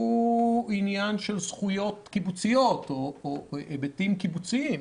שהוא עניין של זכויות קיבוציות או היבטים קיבוציים,